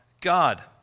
God